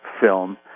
film